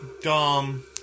Dumb